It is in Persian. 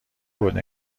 بود